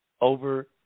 Over